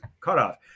cutoff